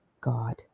God